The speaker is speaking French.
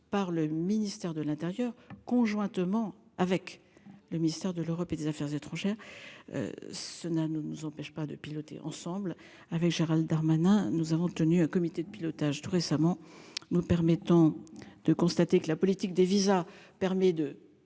par le ministère de l'Intérieur conjointement avec le ministère de l'Europe et des Affaires étrangères. Nous ne nous empêche pas de piloter ensemble avec Gérald Darmanin, nous avons tenu un comité de pilotage tout récemment nous permettant de constater que la politique des visas permet de